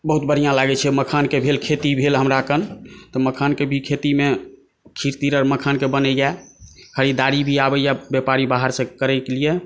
ओ सभ भी बहुत बढ़िऑं लागै छै मखानके खेती भेल हमरा कन तऽ मखानके भी खेतीमे खीर तीर आर मखानके बनैया खरीददारी भी आबैया व्यापारी बाहरसे करैके लिए